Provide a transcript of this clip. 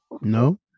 No